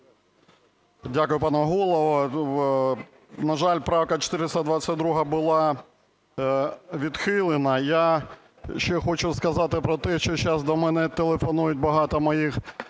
Дякую, пане Голово. На жаль, правка 422 була відхилена. Я ще хочу сказати про те, що зараз до мене телефонують багато моїх